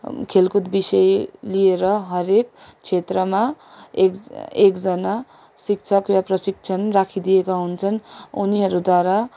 खेलकुद विषय लिएर हरेक क्षेत्रमा एक एकजना शिक्षक वा प्रशिक्षण राखिदिएका हुन्छन् उनीहरूद्वारा